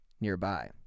nearby